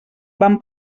van